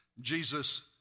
Jesus